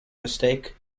mistake